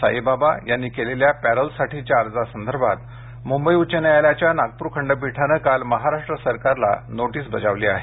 साईबाबा यांनी केलेल्या पॅरोलसाठीच्या अर्जासंदर्भात मुंबई उच्च न्यायालायाच्या नागपूर खंडपीठानं काल महाराष्ट्र सरकारला नोटीस बजावली आहे